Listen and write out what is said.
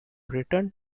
return